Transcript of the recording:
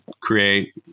create